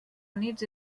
units